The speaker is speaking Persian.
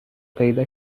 پیدا